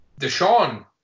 Deshaun